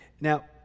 Now